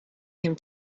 him